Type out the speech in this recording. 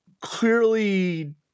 clearly